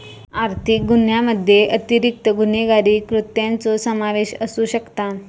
आर्थिक गुन्ह्यामध्ये अतिरिक्त गुन्हेगारी कृत्यांचो समावेश असू शकता